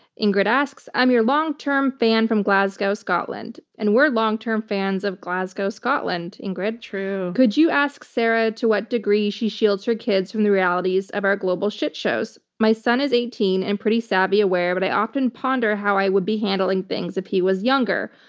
ingrid asks, i'm your long-term fan from glasgow, scotland. and we're long-term fans of glasgow, scotland, ingrid. true. could you ask sarah to what degree she shields her kids from the realities of our global shitshows? my son is eighteen and pretty savvy aware, but i often ponder how i would be handling things if he was younger.